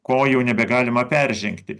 ko jau nebegalima peržengti